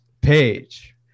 page